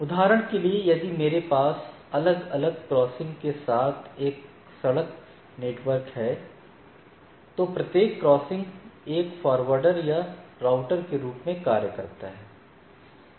उदाहरण के लिए यदि मेरे पास अलग अलग क्रॉसिंग के साथ एक सड़क नेटवर्क है और प्रत्येक क्रॉसिंग एक फारवर्डर या राउटर के रूप में कार्य करता है